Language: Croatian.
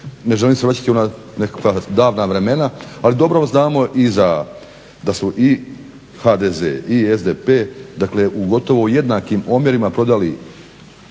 ne želim se vraćati u nekakva davna vremena, ali dobro znamo iza da su i HDZ i SDP dakle u gotovo jednakim omjerima prodali